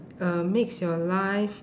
uh makes your life